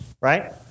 right